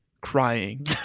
crying